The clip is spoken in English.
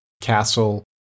Castle